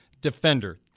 defender